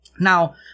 Now